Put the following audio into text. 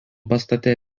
pastate